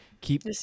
keep